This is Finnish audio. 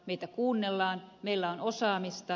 meitä kuunnellaan meillä on osaamista